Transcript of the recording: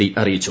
D അറിയിച്ചു